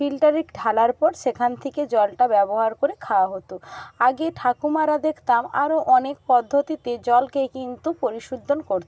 ফিল্টারে ঢালার পর সেখান থেকে জলটা ব্যবহার করে খাওয়া হতো আগে ঠাকুমারা দেখতাম আরও অনেক পদ্ধতিতে জলকে কিন্তু পরিশোধন করত